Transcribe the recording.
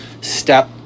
step